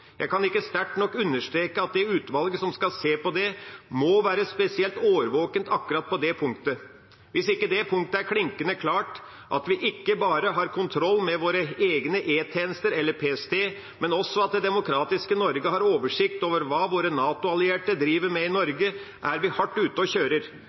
Jeg kan ikke sterkt nok understreke at det utvalget som skal se på det, må være spesielt årvåkent akkurat på det punktet. Hvis ikke det punktet er klinkende klart – at vi ikke bare har kontroll med våre egne E-tjenester eller PST, men også at det demokratiske Norge har oversikt over hva våre NATO-allierte driver med i Norge – er vi hardt ute og kjører.